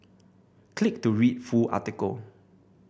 click to read full article